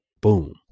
boom